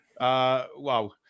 wow